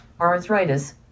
arthritis